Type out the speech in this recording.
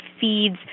feeds